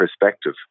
perspective